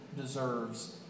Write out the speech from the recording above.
deserves